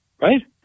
right